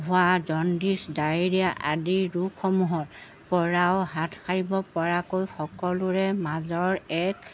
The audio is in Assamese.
হোৱা জণ্ডিজ ডায়েৰিয়া আদি ৰোগসমূহৰপৰাও হাত সাৰিব পৰাকৈ সকলোৰে মাজৰ এক